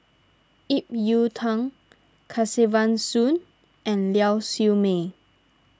Ip Yiu Tung Kesavan Soon and Lau Siew Mei